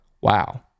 Wow